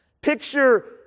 picture